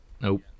Nope